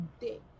dick